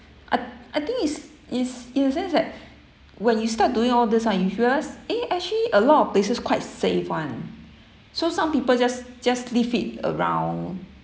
I I think is is in sense that when you start doing all this ah you realise eh actually a lot of places quite safe [one] so some people just just leave it around